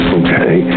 okay